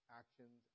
actions